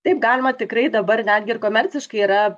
taip galima tikrai dabar netgi ir komerciškai yra